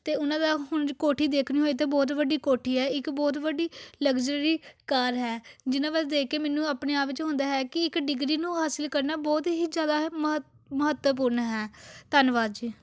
ਅਤੇ ਉਹਨਾਂ ਦਾ ਹੁਣ ਕੋਠੀ ਦੇਖਣੀ ਹੋਈ ਤੇ ਬਹੁਤ ਵੱਡੀ ਕੋਠੀ ਹੈ ਇੱਕ ਬਹੁਤ ਵੱਡੀ ਲਗਜ਼ਰੀ ਕਾਰ ਹੈ ਜਿਹਨਾਂ ਵੱਲ ਦੇਖ ਕੇ ਮੈਨੂੰ ਆਪਣੇ ਆਪ 'ਚ ਹੁੰਦਾ ਹੈ ਕਿ ਇੱਕ ਡਿਗਰੀ ਨੂੰ ਹਾਸਿਲ ਕਰਨਾ ਬਹੁਤ ਹੀ ਜ਼ਿਆਦਾ ਹੈ ਮਹੱਵ ਮਹੱਤਵਪੂਰਨ ਹੈ ਧੰਨਵਾਦ ਜੀ